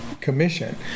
commission